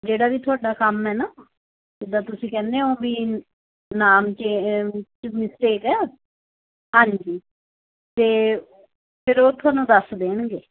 ਜਿਹੜਾ ਵੀ ਤੁਹਾਡਾ ਕੰਮ ਹੈ ਨਾ ਜਿੱਦਾਂ ਤੁਸੀਂ ਕਹਿੰਦੇ ਹੋ ਵੀ ਨਾਮ ਚੇਜ਼ ਮਿਸਟੇਕ ਹੈ ਹਾਂਜੀ ਅਤੇ ਫਿਰ ਉਹ ਤੁਹਾਨੂੰ ਦੱਸ ਦੇਣਗੇ